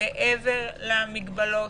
מעבר למגבלות,